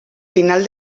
final